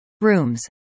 Rooms